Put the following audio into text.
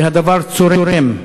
והדבר צורם.